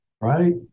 right